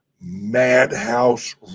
madhouse